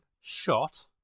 shot